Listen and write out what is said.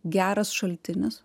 geras šaltinis